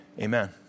Amen